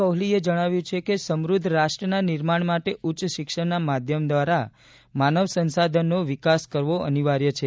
કોહલીએ જણાવ્યું છે કે સમૃધ્ધ રાષ્ટ્રના નિર્માણ માટે ઉચ્ચ શિક્ષણના માધ્યમ દ્વારા માનવ સંશાધનનો વિકાસ ફાળો અનિવાર્ય છે